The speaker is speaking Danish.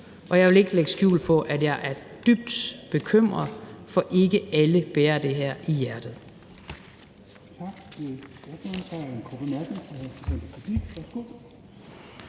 og jeg vil ikke lægge skjul på, at jeg er dybt bekymret, for ikke alle bærer det her i hjertet.